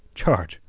charge?